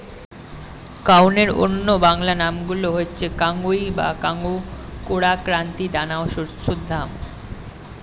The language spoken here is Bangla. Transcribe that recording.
কাউনের অন্য বাংলা নামগুলো হচ্ছে কাঙ্গুই বা কাঙ্গু, কোরা, কান্তি, দানা ও শ্যামধাত